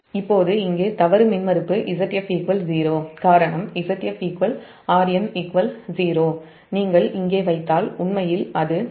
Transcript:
இப்போது இங்கே தவறு மின்மறுப்பு Zf 0 காரணம் Zf Rn 0 நீங்கள் இங்கே வைத்தால் உண்மையில் அது Va0 Va1